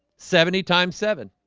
seventy times seven